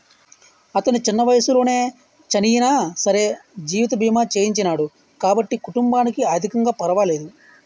అతను చిన్న వయసులోనే చనియినా సరే జీవిత బీమా చేయించినాడు కాబట్టి కుటుంబానికి ఆర్ధికంగా పరవాలేదు